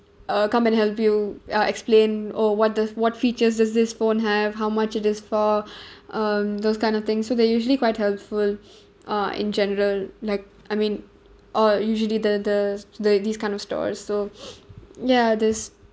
uh come and help you uh explain oh what the what features does this phone have how much it is for um those kind of thing so they usually quite helpful uh in general like I mean or usually the the the this kind of stores so ya this